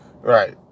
Right